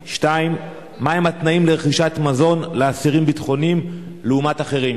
2. מה הם התנאים לרכישת מזון לאסירים ביטחוניים לעומת אחרים?